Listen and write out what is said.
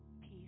peace